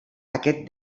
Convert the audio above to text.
aquest